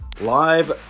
live